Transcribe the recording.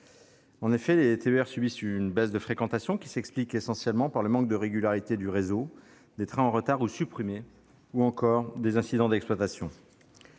En effet, ils subissent une baisse de fréquentation qui s'explique essentiellement par le manque de régularité du réseau : des trains en retard ou supprimés, ou encore des incidents d'exploitation.